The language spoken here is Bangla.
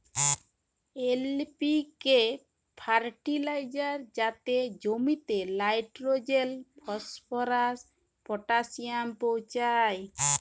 এল.পি.কে ফার্টিলাইজার যাতে জমিতে লাইট্রোজেল, ফসফরাস, পটাশিয়াম পৌঁছায়